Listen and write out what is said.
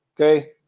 okay